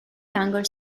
younger